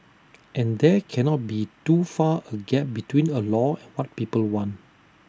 and there cannot be too far A gap between A law and what people want